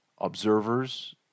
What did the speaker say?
observers